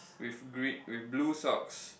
with green with blue socks